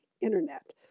internet